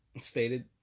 stated